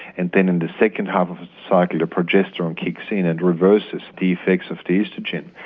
and then in the second half of the cycle, the progesterone kicks in and reverses the effects of the oestrogen.